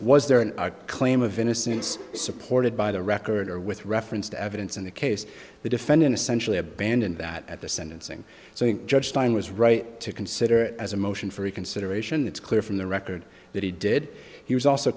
was there an claim of innocence supported by the record or with reference to evidence in the case the defendant essentially abandoned that at the sentencing so judge time was right to consider it as a motion for reconsideration it's clear from the record that he did he was also